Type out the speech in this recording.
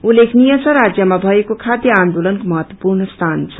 उल्लेखनीय छ राजयमा भएको खाष्य आन्दोलनको महत्त्वपूर्ण स्थान छ